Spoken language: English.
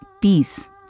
peace